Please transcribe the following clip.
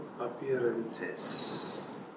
appearances